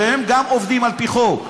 כי גם הם עובדים על פי חוק.